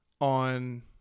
on